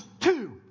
two